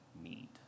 need